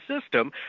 system